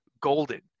golden